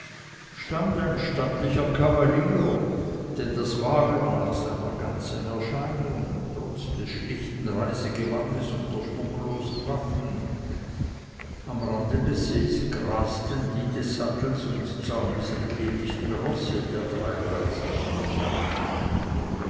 stand ein stattlicher kavalier denn das war er nach seiner ganzen erscheinung trotz des schlichten reisegewandes und der schmucklosen waffen am rande des sees grasten die des sattels und zaumes entledigten rosse der drei reisenden